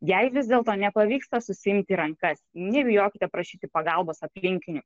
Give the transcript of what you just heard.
jei vis dėlto nepavyksta susiimti į rankas nebijokite prašyti pagalbos aplinkinių